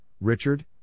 Richard